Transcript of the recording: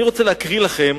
אני רוצה להקריא לכם